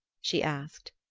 she asked.